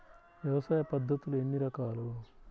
వ్యవసాయ పద్ధతులు ఎన్ని రకాలు?